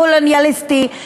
קולוניאליסטי,